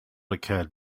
occurred